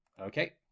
Okay